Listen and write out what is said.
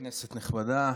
כנסת נכבדה,